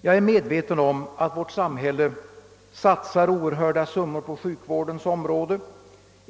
Jag är medveten om att vårt samhälle satsar stora summor på sjukvårdens område.